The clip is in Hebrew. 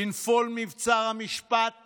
בנפול מבצר המשפט